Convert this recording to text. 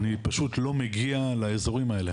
אני פשוט לא מגיע לאזורים האלה,